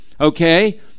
okay